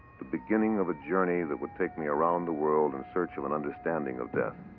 the beginning of journey that would take me around the world in search of an understanding of death.